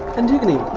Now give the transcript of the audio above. antigone!